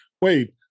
wait